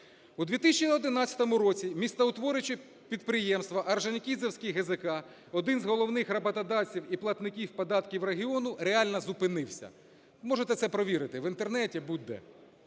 У 2011 році містоутворююче підприємство Орджонікідзевський ГЗК, один з головних роботодавців і платників податків регіону реально зупинився, можете це перевірити в Інтернеті, будь де.